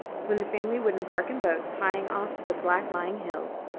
when the family would embark in boats, hieing off to the back-lying hills,